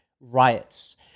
riots